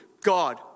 God